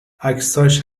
عکساش